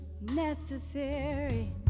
Necessary